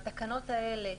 בתקנות האלה,